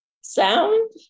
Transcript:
sound